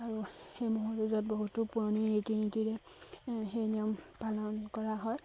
আৰু সেই ম'হৰ যুঁজত বহুতো পুৰণি ৰীতি নীতিৰে সেই নিয়ম পালন কৰা হয়